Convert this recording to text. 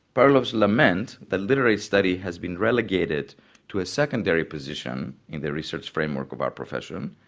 perloff's lament, the literary study has been relegated to a secondary position in the research framework of our profession,